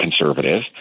conservative